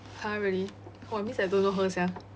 !huh! really !wah! means I don't know her sia